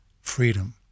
freedom